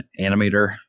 animator